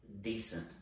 decent